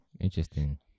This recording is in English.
Interesting